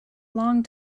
long